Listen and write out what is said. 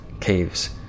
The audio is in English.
caves